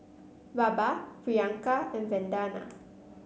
Baba Priyanka and Vandana